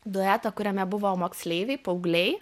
dueto kuriame buvo moksleiviai paaugliai